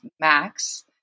max